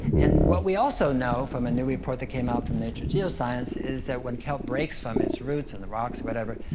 and what we also know from a new report that came out from nature geoscience is that when kelp breaks from its roots and the rocks, or whatever,